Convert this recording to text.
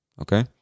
Okay